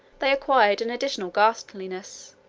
they acquired an additional ghastliness,